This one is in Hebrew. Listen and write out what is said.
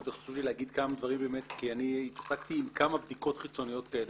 מאוד חשוב לי להגיד כמה דברים כי התעסקתי עם כמה בדיקות חיצוניות כאלה.